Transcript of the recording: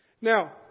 Now